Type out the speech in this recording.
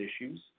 issues